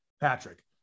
Patrick